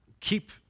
keep